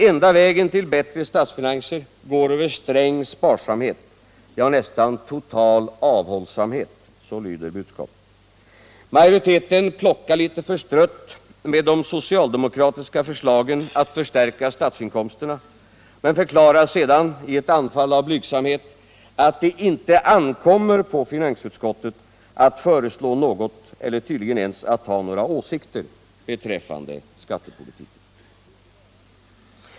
Enda vägen till bättre statsfinanser går över sträng sparsamhet, ja nästan total avhållsamhet, så lyder budskapet. Majoriteten plockar litet förstrött med de socialdemokratiska förslagen att förstärka statsinkomsterna men förklarar sedan, i ett anfall av blygsamhet, att det ”inte ankommer” på finansutskottet att föreslå något eller tydligen ens att ha några åsikter beträffande skattepolitiken.